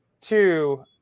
two